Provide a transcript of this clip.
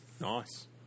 Nice